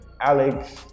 Alex